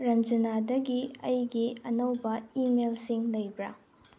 ꯔꯟꯖꯅꯥꯗꯒꯤ ꯑꯩꯒꯤ ꯑꯅꯧꯕ ꯏꯃꯦꯜꯁꯤꯡ ꯂꯩꯕ꯭ꯔꯥ